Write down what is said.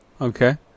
Okay